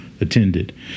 attended